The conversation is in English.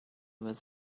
was